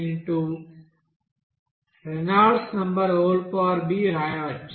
079రేనాల్డ్స్ number వ్రాయవచ్చు